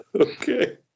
Okay